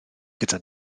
gyda